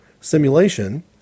simulation